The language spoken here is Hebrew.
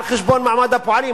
על חשבון מעמד הפועלים,